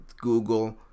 Google